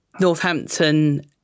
northampton